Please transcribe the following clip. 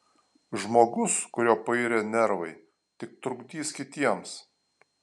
žmogus kurio pairę nervai tik trukdys kitiems